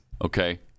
Okay